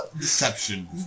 Deception